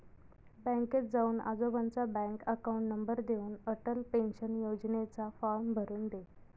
बँकेत जाऊन आजोबांचा बँक अकाउंट नंबर देऊन, अटल पेन्शन योजनेचा फॉर्म भरून दे